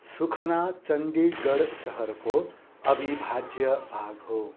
सुखना चण्डीगढ शहरको अविभाज्य भाग हो